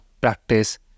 practice